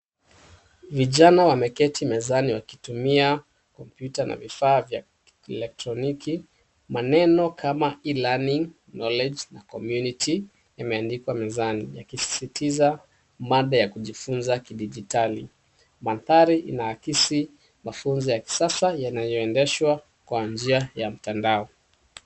Vijana wameketi mezani wakitumia kompyuta na vifaa vya kielektroniki maneno kama e learning knowledge na community umeandikwa mezani yakisisitiza mada ya kujifunza kidigitali. Mandhari inaakisi mafunzo ya kisasa yanayoendeshwa kwa njia ya mtandao.